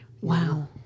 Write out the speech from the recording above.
Wow